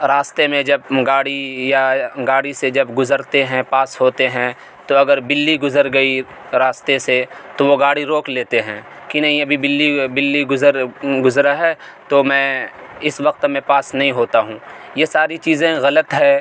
راستے میں جب گاڑی یا گاڑی سے جب گزرتے ہیں پاس ہوتے ہیں تو اگر بلّی گزر گئی راستے سے تو وہ گاڑی روک لیتے ہیں کہ نہیں ابھی بلی بلّی گزر گزرا ہے تو میں اس وقت میں پاس نہیں ہوتا ہوں یہ ساری چیزیں غلط ہے